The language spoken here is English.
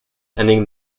ending